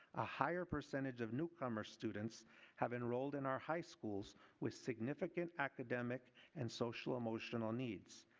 a higher percentage of newcomer students have enrolled in our high schools with significant academic and social-emotional needs.